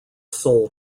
soul